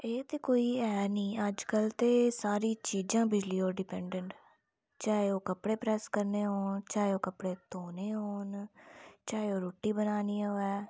एह् ते कोई ऐ नी अज्जकल ते सारी चीज़ां बिजली उप्पर डिपेंड न चाहे ओह् कपड़े प्रेस करने होन चाहे ओह् कपड़े धोने होन चाहे ओह् रुट्टी बनानी होऐ